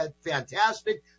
fantastic